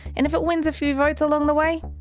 and if it wins a few votes along the way,